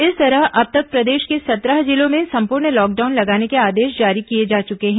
इस तरह अब तक प्रदेश के सत्रह जिलों में सम्पूर्ण लॉकडाउन लगाने के आदेश जारी किए जा चुके हैं